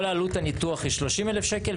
כל עלות הניתוח היא 30,000 שקלים,